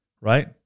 right